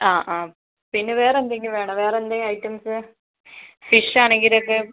ആ ആ പിന്നെ വേറെയെന്തെങ്കിലും വേണോ വേറെയെന്തെങ്കിലും ഐറ്റംസ് ഫിഷാണെങ്കിലൊക്കെ